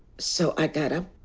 so i got up